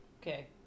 Okay